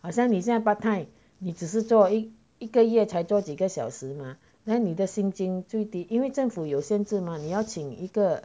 好像你现在 part time 你只是做一一个月才做几个小时 mah then 你的薪金就会低因为政府有限制吗你要请一个